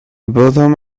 bottom